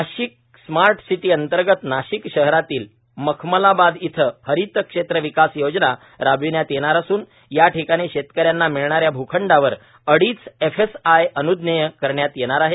Nashik smart city अंतर्गत नाशिक शहरातील मखमलाबाद येथे हरीत क्षेत्र विकास योजना राबविण्यात येणार असून या ठिकाणी शेतकऱ्यांना मिळणाऱ्या भूखंडावर अडीच एफएसआय अन्ज्ञेय करण्यात येणार आहे